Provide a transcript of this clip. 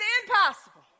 impossible